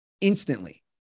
Instantly